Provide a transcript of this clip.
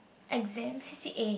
exam c_c_a